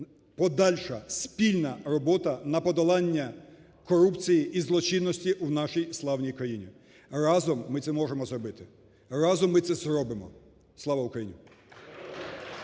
подальша спільна робота на подолання корупції і злочинності в нашій славній країні. Разом ми це можемо зробити, разом ми це зробимо. Слава Україні.